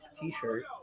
t-shirt